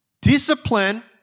Discipline